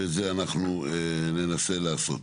ואת זה אנחנו ננסה לעשות.